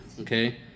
okay